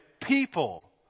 people